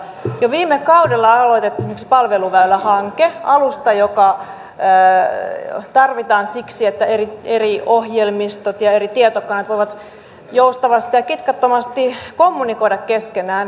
jo viime kaudella aloitettiin esimerkiksi palveluväylähanke alusta joka tarvitaan siksi että eri ohjelmistot ja eri tietokannat voivat joustavasti ja kitkattomasti kommunikoida keskenään